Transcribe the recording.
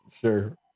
Sure